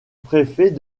préfet